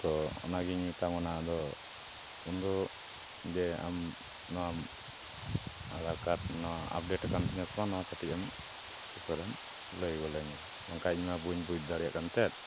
ᱛᱳ ᱚᱱᱟᱜᱤᱧ ᱢᱮᱛᱟᱢ ᱠᱟᱱᱟ ᱟᱫᱚ ᱩᱱᱫᱚ ᱡᱮ ᱟᱢ ᱱᱚᱣᱟ ᱟᱫᱷᱟᱨ ᱠᱟᱨᱰ ᱱᱚᱣᱟ ᱟᱯᱰᱮᱴ ᱟᱠᱟᱱ ᱛᱤᱧᱟᱹ ᱥᱮ ᱵᱟᱝ ᱱᱚᱣᱟ ᱠᱟᱹᱴᱤᱡ ᱮᱢ ᱩᱥᱟᱹᱨᱟᱢ ᱞᱟᱹᱭ ᱜᱚᱫ ᱤᱧᱟᱹ ᱵᱟᱝᱠᱷᱟᱱ ᱤᱧᱢᱟ ᱵᱟᱹᱧ ᱵᱩᱡᱽ ᱫᱟᱲᱮᱭᱟᱜ ᱠᱟᱱᱛᱮ